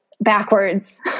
backwards